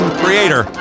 creator